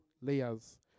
layers